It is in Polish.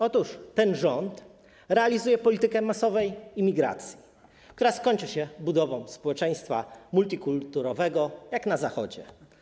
Otóż ten rząd realizuje politykę masowej imigracji, która skończy się budową społeczeństwa multikulturowego, jak na Zachodzie.